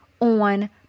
on